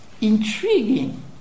intriguing